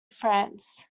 france